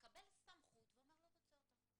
שמקבל סמכות ולא רוצה אותה.